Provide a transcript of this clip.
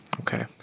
Okay